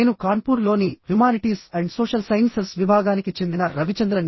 నేను కాన్పూర్ లోని humanities and social sciences విభాగానికి చెందిన రవిచంద్రన్ని